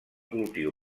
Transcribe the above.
cultiu